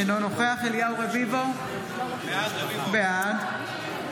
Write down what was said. אינו נוכח אליהו רביבו, בעד משה רוט,